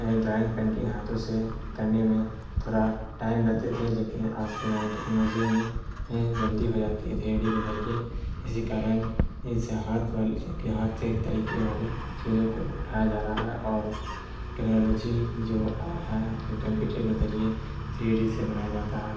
drawing painting ہاتھوں سے کرنے میں تھوڑا ٹائم لگتے تھے لیکن آج کے زمانے ٹیکنالوجیوں میں ہیں جلدی ہو جاتی ہے تھری ڈی کے ذریعے اسی کارن اسے ہاتھ ہاتھ سے ایک طریقے والے چیزوں کو اٹھایا جا رہا ہے اور ٹیکنالوجی جو آیا ہے جو کمپیوٹر کے ذریعے تھری ڈی سے بنایا جاتا ہے